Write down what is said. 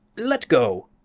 let go!